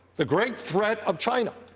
the great threat of china.